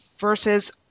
versus